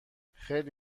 خیلی